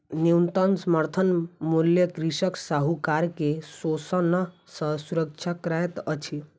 न्यूनतम समर्थन मूल्य कृषक साहूकार के शोषण सॅ सुरक्षा करैत अछि